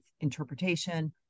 interpretation